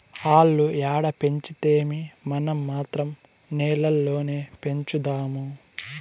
ఆల్లు ఏడ పెంచితేమీ, మనం మాత్రం నేల్లోనే పెంచుదాము